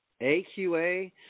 aqa